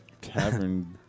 cavern